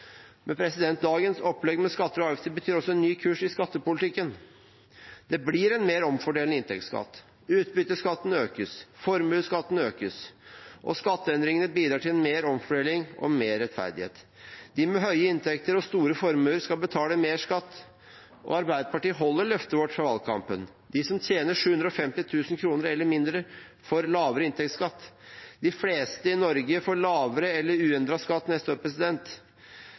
Dagens opplegg med skatter og avgifter betyr også en ny kurs i skattepolitikken. Det blir en mer omfordelende inntektsskatt, utbytteskatten økes, formuesskatten økes, og skatteendringene bidrar til mer omfordeling og mer rettferdighet. De som har høye inntekter og store formuer, skal betale mer skatt. Arbeiderpartiet holder løftet sitt fra valgkampen. De som tjener 750 000 kr eller mindre, får lavere inntektsskatt. De fleste i Norge får lavere eller uendret skatt neste år.